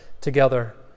together